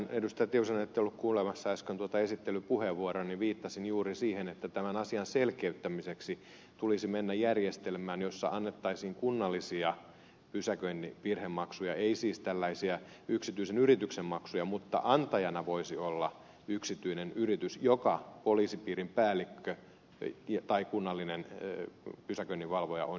tiusaselle ette ollut kuulemassa äsken tuota esittelypuheenvuoroani että viittasin juuri siihen että tämän asian selkeyttämiseksi tulisi mennä järjestelmään jossa annettaisiin kunnallisia pysäköintivirhemaksuja ei siis tällaisia yksityisen yrityksen maksuja mutta antajana voisi olla yksityinen yritys jonka poliisipiirin päällikkö tai kunnallinen pysäköinninvalvoja on hyväksynyt